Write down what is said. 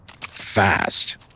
fast